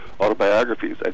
autobiographies